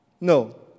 No